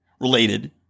related